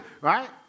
Right